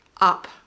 Up